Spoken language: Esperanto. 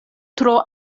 tro